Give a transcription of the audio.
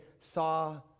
saw